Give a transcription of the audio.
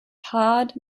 todd